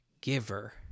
giver